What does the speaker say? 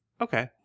okay